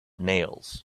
nails